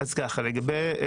בנושא